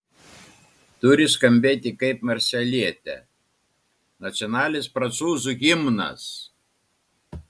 turi skambėti kaip marselietė nacionalinis prancūzų himnas